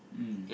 mm